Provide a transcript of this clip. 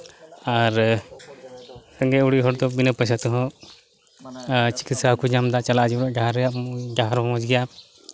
ᱟᱨ ᱨᱮᱸᱜᱮᱡ ᱚᱨᱮᱡ ᱦᱚᱲ ᱫᱚ ᱵᱤᱱᱟᱹ ᱯᱚᱭᱥᱟ ᱛᱮᱦᱚᱸ ᱪᱤᱠᱤᱛᱥᱟ ᱠᱚ ᱧᱟᱢᱫᱟ ᱪᱟᱞᱟᱜ ᱦᱤᱡᱩᱜ ᱨᱮᱭᱟᱜ ᱰᱟᱦᱟᱨ ᱨᱮᱭᱟᱜ ᱰᱟᱦᱟᱨ ᱦᱚᱸ ᱢᱚᱡᱽ ᱜᱮᱭᱟ